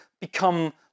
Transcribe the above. become